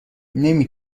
نمی